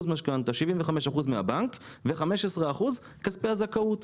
משכנתא - 75% מהבנק ו-15% כספי הזכאות.